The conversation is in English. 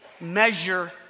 measure